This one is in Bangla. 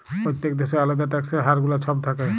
প্যত্তেক দ্যাশের আলেদা ট্যাক্সের হার গুলা ছব থ্যাকে